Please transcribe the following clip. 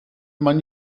man